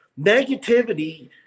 Negativity